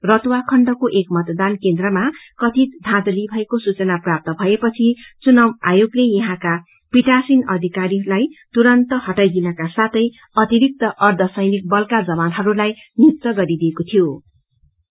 रतुआ खण्डको एक मतदान केन्द्रमा कथित धांघली भएको सूचना प्राप्त भएपछि चुनाव आयोगले याहाँका पीठासित अधिकारीहरू लाई तुरन्त हटाईदिएनका साथै अतिरिक्त अर्धसैनिक बलका जवानहरूलाई नियुक्त गरिएको ीीयो